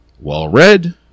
well-read